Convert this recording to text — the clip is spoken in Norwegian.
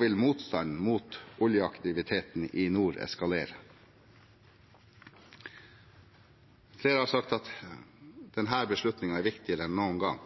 vil motstanden mot oljeaktiviteten i nord eskalere. Det er sagt at denne beslutningen er viktigere enn noen gang.